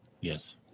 Yes